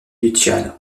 luciano